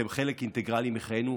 אתם חלק אינטגרלי מחיינו,